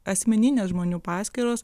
asmeninės žmonių paskyros